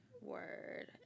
Word